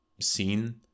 scene